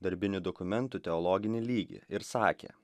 darbinių dokumentų teologinį lygį ir sakė